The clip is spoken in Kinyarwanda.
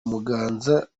muganza